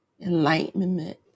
enlightenment